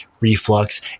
reflux